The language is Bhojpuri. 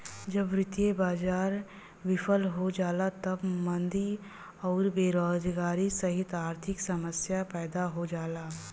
जब वित्तीय बाजार विफल हो जाला तब मंदी आउर बेरोजगारी सहित आर्थिक समस्या पैदा हो जाला